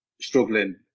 struggling